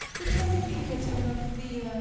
lieutenant pinkerton of the.